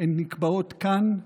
נקבעות כאן,